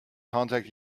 contact